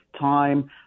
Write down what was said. time